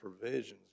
provisions